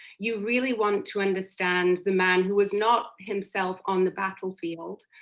you really wanted to understand the man who was not himself on the battle field,